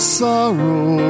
sorrow